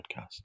podcast